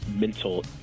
mental